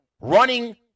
running